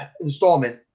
installment